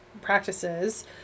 practices